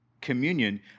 communion